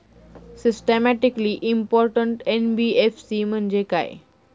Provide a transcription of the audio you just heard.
Systematically important NBFC म्हणजे काय?